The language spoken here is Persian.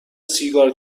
سیگار